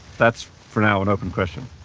that's, for now, an open question.